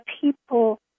people